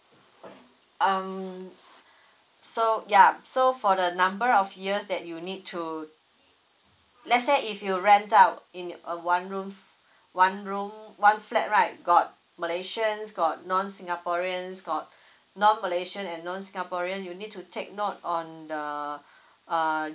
um so ya so for the number of years that you need to let's say if you rent out in a one room one room one flat right got malaysians got non singaporeans got non malaysian and non singaporean you need to take note on the uh